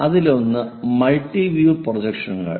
അതിലൊന്നാണ് multi view പ്രൊജക്ഷനുകൾ